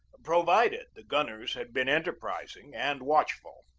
provided the gunners had been enterprising and watchful.